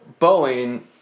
Boeing